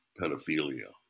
pedophilia